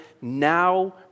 now